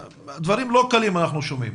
דברים לא קלים אנחנו שומעים.